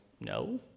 no